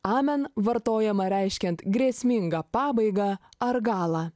amen vartojama reiškiant grėsmingą pabaigą ar galą